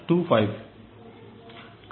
25